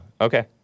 okay